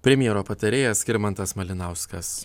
premjero patarėjas skirmantas malinauskas